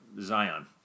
Zion